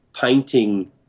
Painting